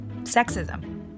sexism